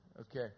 okay